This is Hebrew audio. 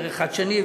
וחדשני,